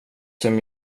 som